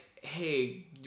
hey